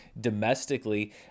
domestically